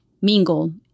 Mingle